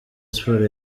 sports